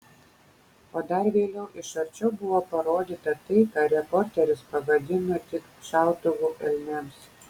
o dar vėliau iš arčiau buvo parodyta tai ką reporteris pavadino tik šautuvu elniams